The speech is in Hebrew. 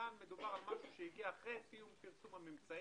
כאן מדובר על משהו שהגיע אחרי סיום פרסום הממצאים,